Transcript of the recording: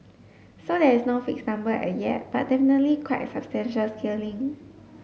so there is no fixed number as yet but definitely quite substantial scaling